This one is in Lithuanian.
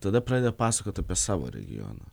tada pradeda pasakot apie savo regioną